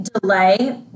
delay